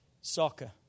soccer